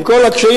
עם כל הקשיים,